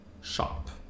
shop